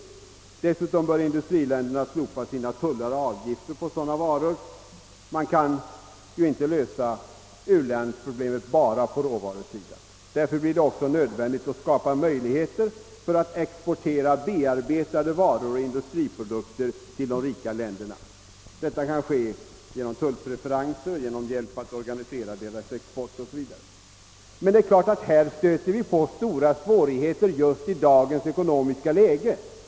Dessutom bör industriländerna slopa sina tullar och avgifter på sådana varor. Men man kan ju inte lösa u-landsproblemen bara på råvarusidan. Därför blir det nödvändigt att skapa möjligheter för att exportera bearbetade varor och industriprodukter till de rika länderna. Detta kan ske genom tullpreferenser, genom hjälp att organisera exporten etc. Men det är klart att här stöter vi på stora svårigheter just i dagens ekonomiska läge.